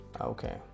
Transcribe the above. okay